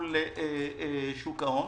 מול שוק ההון.